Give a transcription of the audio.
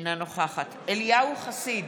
אינה נוכחת אליהו חסיד,